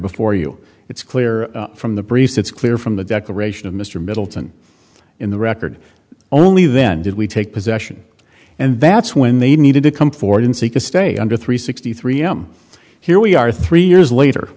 before you it's clear from the briefs it's clear from the declaration of mr middleton in the record only then did we take possession and that's when they needed to come forward and seek a stay under three sixty three i'm here we are three years later